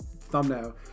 thumbnail